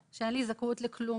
לכלום.